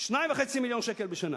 2.5 מיליון שקל בשנה.